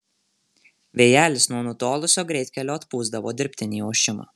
vėjelis nuo nutolusio greitkelio atpūsdavo dirbtinį ošimą